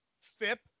FIP